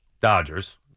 Dodgers